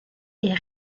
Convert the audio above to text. est